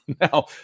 Now